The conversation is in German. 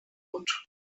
und